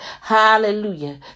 Hallelujah